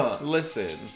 Listen